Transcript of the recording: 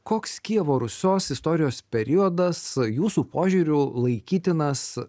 koks kijevo rusios istorijos periodas jūsų požiūriu laikytinas